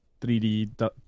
3D